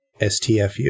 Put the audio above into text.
STFU